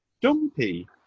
Dumpy